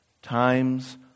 Times